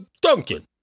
Duncan